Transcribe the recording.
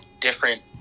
different